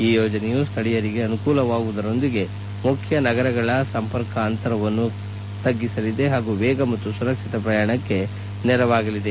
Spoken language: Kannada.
ಈ ಯೋಜನೆಯು ಸ್ವಳೀಯರಿಗೆ ಅನುಕೂಲವಾಗುವುದರೊಂದಿಗೆ ಮುಖ್ಯ ನಗರಗಳ ಸಂಪರ್ಕಗಳ ಅಂತರವನ್ನು ತಗ್ಗಿಸಲಿದೆ ಹಾಗೂ ವೇಗ ಮತ್ತು ಸರಕ್ಷಿತ ಪ್ರಯಾಣಕ್ಕೆ ನೆರವಾಗಲಿದೆ